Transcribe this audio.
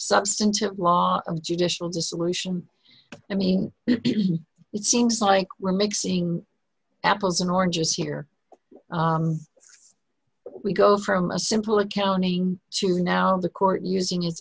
substantive law of judicial dissolution i mean it seems like we're mixing apples and oranges here we go from a simple accounting to now the court using it